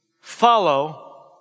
follow